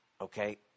Okay